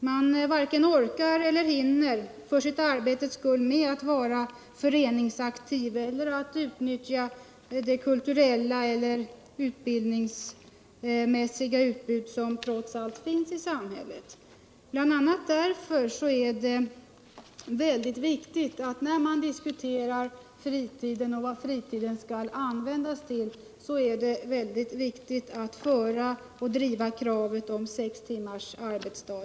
Man varken orkar eller hinner vara föreningsaktiv eller utnyttja det kulturella eller utbildningsmässiga utbud som trots allt finns i samhället. När vi diskuterar vad fritiden skall användas till är det därför väldigt viktigt att också driva kravet på sex timmars arbetsdag.